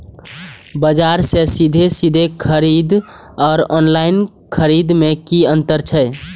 बजार से सीधे सीधे खरीद आर ऑनलाइन खरीद में की अंतर छै?